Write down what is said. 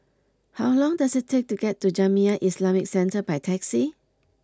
how long does it take to get to Jamiyah Islamic Centre by taxi